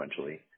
sequentially